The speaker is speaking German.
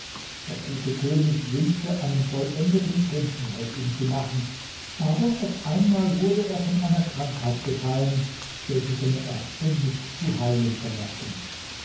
der gute könig wünschte einen vollendeten prinzen aus ihm zu machen aber auf einmal wurde er von einer krankheit befallen welche seine ärzte nicht zu heilen vermochten